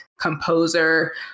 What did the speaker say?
composer